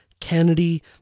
Kennedy